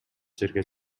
жерге